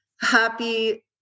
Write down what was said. happy